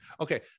Okay